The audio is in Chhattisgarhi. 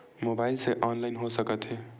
मोबाइल से ऑनलाइन हो सकत हे?